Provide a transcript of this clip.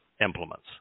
implements